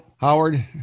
Howard